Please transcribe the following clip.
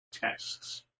tests